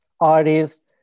artists